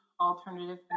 alternative